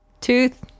Tooth